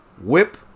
whip